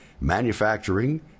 manufacturing